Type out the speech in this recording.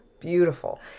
beautiful